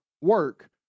work